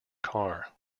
car